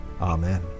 amen